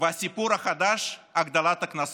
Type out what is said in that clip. והסיפור החדש: הגדלת הקנסות.